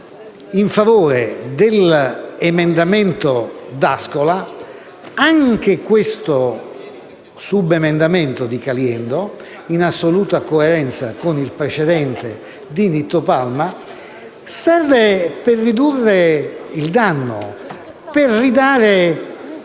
in favore dell'emendamento 1.401, anche questo subemendamento di Caliendo, in assoluta coerenza con il precedente di Palma, serve per ridurre il danno, per ridare